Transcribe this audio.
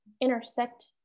intersect